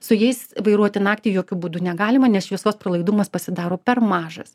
su jais vairuoti naktį jokiu būdu negalima nes šviesos pralaidumas pasidaro per mažas